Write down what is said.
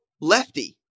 Lefty